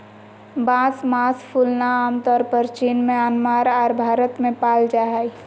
बांस मास फूलना आमतौर परचीन म्यांमार आर भारत में पाल जा हइ